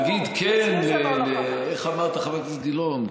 נגיד כן, איך אמרת, חבר הכנסת גילאון?